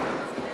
זאת